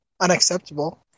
unacceptable